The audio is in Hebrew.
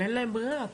אבל אין להם ברירה.